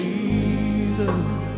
Jesus